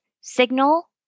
signal